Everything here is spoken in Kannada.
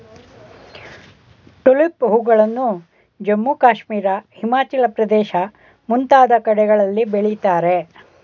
ಟುಲಿಪ್ ಹೂಗಳನ್ನು ಜಮ್ಮು ಕಾಶ್ಮೀರ, ಹಿಮಾಚಲ ಪ್ರದೇಶ ಮುಂತಾದ ಕಡೆಗಳಲ್ಲಿ ಬೆಳಿತಾರೆ